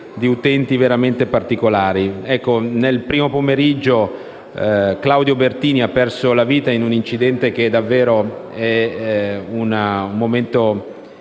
Grazie